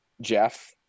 Jeff